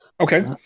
Okay